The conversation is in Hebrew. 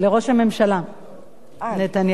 לראש הממשלה נתניהו.